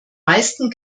meisten